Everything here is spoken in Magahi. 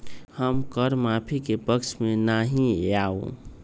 हम कर माफी के पक्ष में ना ही याउ